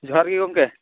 ᱡᱚᱦᱟᱨ ᱜᱮ ᱜᱚᱢᱠᱮ